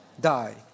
die